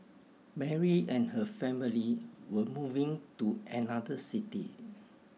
Mary and her family were moving to another city